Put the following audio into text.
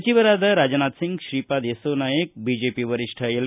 ಸಚಿವರಾದ ರಾಜನಾಥಸಿಂಗ್ ಶ್ರೀಪಾದ ಯಸ್ಲೋ ನಾಯಕ ಬಿಜೆಪಿ ವರಿಷ್ಠ ಎಲ್